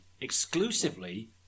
exclusively